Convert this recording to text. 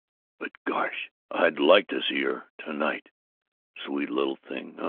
but gosh, i'd like to see her to-night sweet little thing.